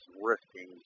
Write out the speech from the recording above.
risking